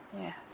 Yes